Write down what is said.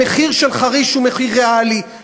המחיר של חריש הוא מחיר ריאלי,